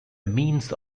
means